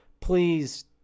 please